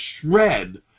shred